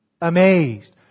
amazed